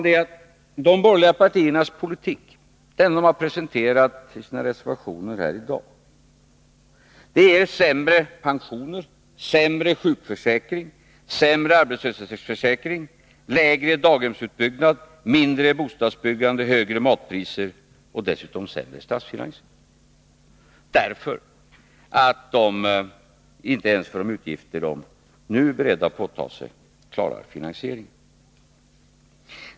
Sanningen är att de borgerliga partiernas politik, den som de har presenterat i sina reservationer här i dag, ger sämre pensioner, sämre sjukförsäkring, sämre arbetslöshetsförsäkring, lägre daghemsutbyggnad, mindre bostadsbyggande, högre matpriser och dessutom sämre statsfinanser — detta på grund av att de borgerliga partierna inte ens klarar finansieringen av de utgifter de nu är beredda att påta sig.